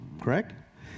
correct